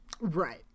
right